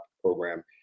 program